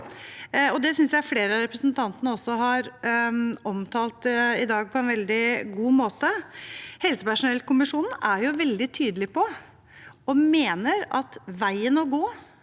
Det synes jeg flere av representantene også har omtalt i dag på en veldig god måte. Helsepersonellkommisjonen er veldig tydelig på, og mener, at veien å gå